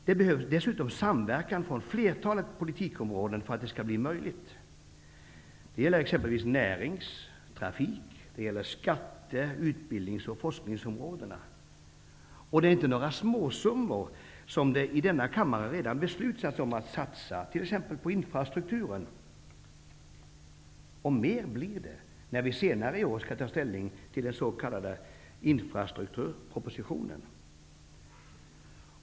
Det behövs dessutom samverkan från flertalet politikområden för att det skall bli möjligt. Det gäller exempelvis närings-, trafik-, skatte-, utbildnings och forskningsområdena. Det är inte några småsummor som det i denna kammare redan beslutats om att satsa t.ex. på infrastrukturen. Och mer blir det, när vi senare i vår skall ta ställning till den s.k. infrastrukturpropositionen.